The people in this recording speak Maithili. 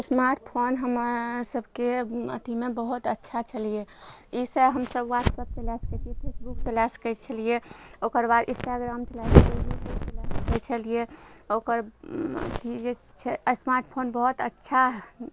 स्मार्ट फोन हमर सबके अथीमे बहुत अच्छा छलियै ईसे हमसब व्हाट्सप चला सकय छियै फेसबुक चला सकय छलियै ओकर बाद इंस्टाग्राम चला सकय छलियै यूट्यूब चला सकय छलियै ओकर अथी जे छै स्मार्ट फोन बहुत अच्छा